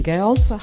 girls